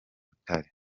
butare